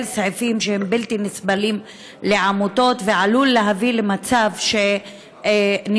סעיפים שהם בלתי נסבלים לעמותות ועלולים להביא למצב שניהול